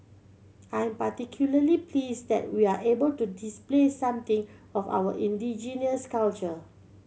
I am particularly pleased that we're able to display something of our indigenous culture